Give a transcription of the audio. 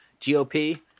GOP